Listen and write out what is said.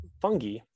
fungi